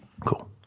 Cool